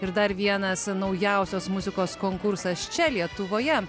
ir dar vienas naujausios muzikos konkursas čia lietuvoje